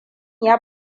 ya